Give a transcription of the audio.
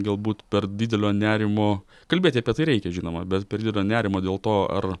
galbūt per didelio nerimo kalbėti apie tai reikia žinoma bet per didelio nerimo dėl to ar